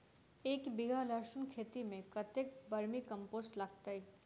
एक बीघा लहसून खेती मे कतेक बर्मी कम्पोस्ट लागतै?